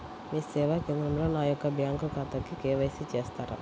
మీ సేవా కేంద్రంలో నా యొక్క బ్యాంకు ఖాతాకి కే.వై.సి చేస్తారా?